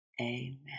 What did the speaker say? Amen